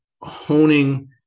honing